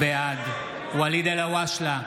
בעד ואליד אלהואשלה,